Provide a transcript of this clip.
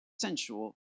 sensual